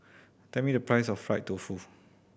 tell me the price of fried tofu